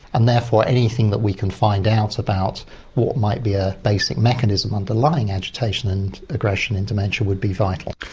and therefore anything that we can find out about what might be a basic mechanism underlying agitation and aggression in dementia would be vital.